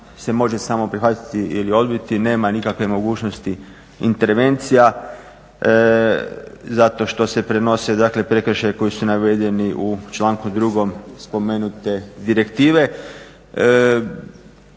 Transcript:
se može samo prihvatiti ili odbiti, nema nikakve mogućnosti intervencija zato što se prenose dakle prekršaji koji su navedeni u članku 2.spomenute direktive.